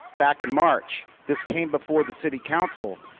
back in march, this came before the city council,